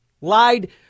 Lied